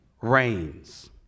reigns